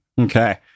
Okay